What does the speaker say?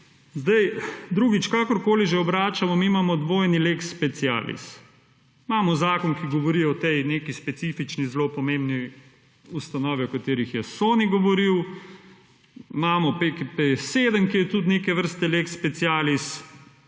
Sedaj, drugič. Kakorkoli že obračamo mi imamo dvojni lex specialis. Imamo zakon, ki govori o tej neki specifični zelo pomembni ustanovi, v kateri je Soni govori, imamo PKP 7, ki je tudi neke vrste lex specialis,